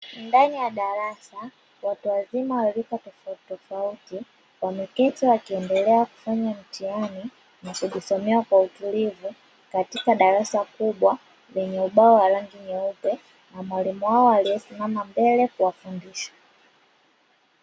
Ndani ya darasa watu wazima wa rika tofauti tofauti wameketi wakiendelea kufanya mtihani, kujisomea kwa utulivu katika darasa kubwa lenye ubao wa rangi nyeupe, na mwalimu wao aliyesimama mbele kuwafundisha.